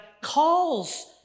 calls